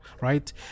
right